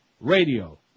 Radio